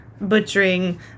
butchering